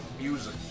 music